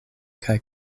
kaj